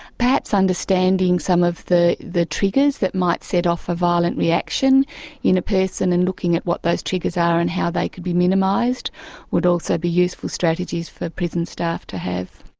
perhaps understanding some of the the triggers that might set off a violent reaction in a person and looking at what those triggers are and how they could be minimised would also be useful strategies for prison staff to have.